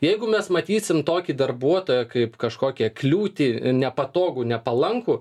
jeigu mes matysim tokį darbuotoją kaip kažkokią kliūtį nepatogų nepalankų